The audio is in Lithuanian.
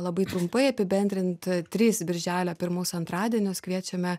labai trumpai apibendrinti trys birželio pirmus antradienius kviečiame